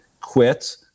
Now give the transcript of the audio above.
quit